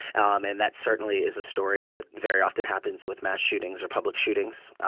um and that certainly is a story that very often happens with mass shootings or public shootings,